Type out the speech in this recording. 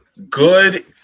Good